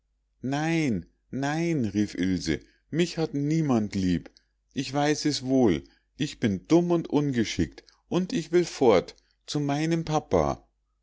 nein nein rief ilse mich hat niemand lieb ich weiß es wohl ich bin dumm und ungeschickt und ich will fort zu meinem papa